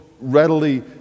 readily